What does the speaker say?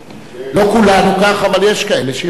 לא כולנו כך, אבל יש כאלה שיכולים.